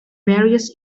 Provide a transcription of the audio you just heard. various